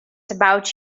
about